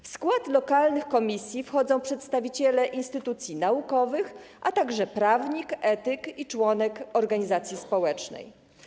W skład lokalnych komisji wchodzą przedstawiciele instytucji naukowych, a także prawnik, etyk i członek organizacji społecznej.